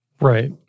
Right